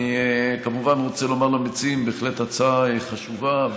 אני כמובן רוצה לומר למציעים בהחלט הצעה חשובה,